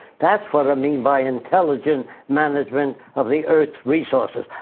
that's what i mean by intelligent management of the earth's resources.